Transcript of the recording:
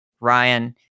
Ryan